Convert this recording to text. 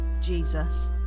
Jesus